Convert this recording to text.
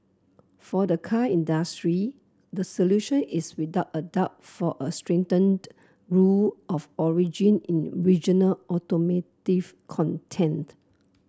for the car industry the solution is without a doubt for a strengthened rule of origin in regional automotive content